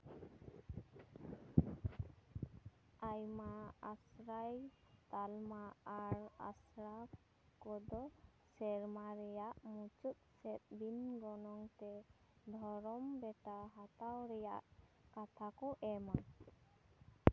ᱟᱭᱢᱟ ᱟᱥᱨᱟᱭ ᱛᱟᱞᱢᱟ ᱟᱨ ᱟᱥᱲᱟ ᱠᱚᱫᱚ ᱥᱮᱨᱢᱟ ᱨᱮᱭᱟᱜ ᱢᱩᱪᱟᱹᱫ ᱥᱮᱫ ᱵᱤᱱ ᱜᱚᱱᱚᱝᱛᱮ ᱫᱷᱚᱨᱚᱢ ᱵᱮᱴᱟ ᱦᱟᱛᱟᱣ ᱨᱮᱭᱟᱜ ᱠᱟᱛᱷᱟ ᱠᱚ ᱮᱢᱟ